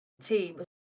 team